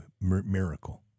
miracle